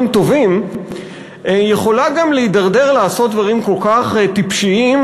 טובים יכולה גם להידרדר לעשות דברים כל כך טיפשיים,